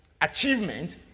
achievement